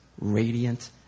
radiant